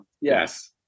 Yes